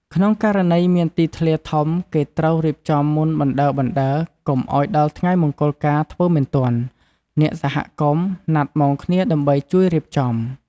ក្នុងករណីមានទីធ្លាធំគេត្រូវរៀបចំមុនបណ្តើរកុំឱ្យដល់ថ្ងៃមង្គលការធ្វើមិនទាន់ អ្នកសហគមន៍ណាត់ម៉ោងគ្នាដើម្បីជួយរៀបចំ។